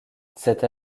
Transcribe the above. cette